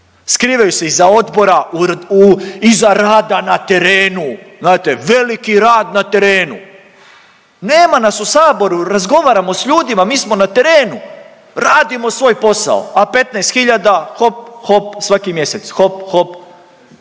skrivaju se iza odbora, iza rada na terenu, znate veliki rad na terenu, nema nas u saboru, razgovaramo s ljudima, mi smo na terenu, radimo svoj posao, a 15 hiljada hop, hop, svaki mjesec hop, hop.